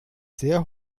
sehr